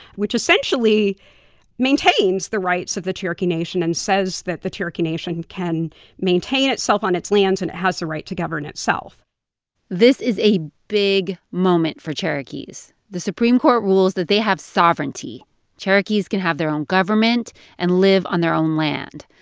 which essentially maintains the rights of the cherokee nation and says that the cherokee nation can maintain itself on its lands and it has the right to govern itself this is a big moment for cherokees. the supreme court rules that they have sovereignty cherokees can have their own government and live on their own land.